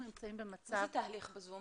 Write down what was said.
איזה תהליך בזום?